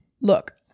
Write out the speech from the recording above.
Look